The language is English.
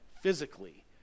physically